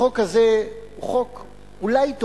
החוק הזה הוא חוק טוב אולי,